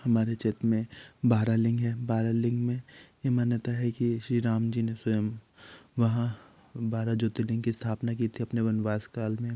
हमारे क्षेत्र में बारह लिंग है बारह लिंग में ये मान्यता है कि श्री राम जी ने स्वयं वहाँ बारह ज्योतिर्लिंग की स्थपना की थी अपने वनवास काल में